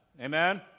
Amen